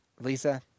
Lisa